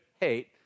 hate